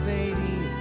Zadie